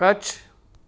Kutch